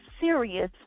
serious